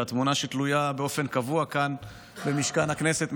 ועל התמונה שתלויה באופן קבוע כאן במשכן הכנסת,